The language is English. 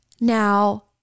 Now